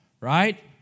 right